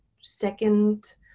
second